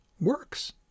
works